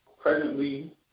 presently